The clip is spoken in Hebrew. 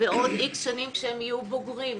בעוד X שנים כשהם יהיו בוגרים?